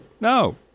No